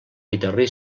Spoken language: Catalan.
guitarra